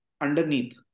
underneath